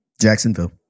Jacksonville